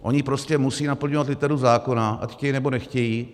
Oni prostě musejí naplňovat literu zákona, ať chtějí, nebo nechtějí.